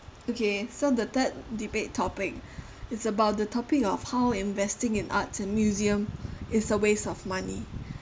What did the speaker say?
okay so the third debate topic it's about the topic of how investing in art and museum is a waste of money